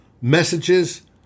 messages